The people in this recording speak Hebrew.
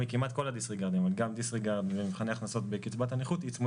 זה היה שעד ה-17% לא ייקרא הכנסה גם אם זה לא